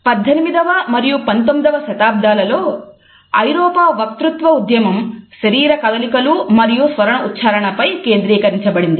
18 మరియు 19వ శతాబ్దాలలో ఐరోపా వక్తృత్వ ఉద్యమం శరీర కదలికలు మరియు స్వర ఉచ్చారణపై కేంద్రీకరించబడినది